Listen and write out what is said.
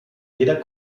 jeder